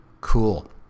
Cool